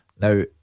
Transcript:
Now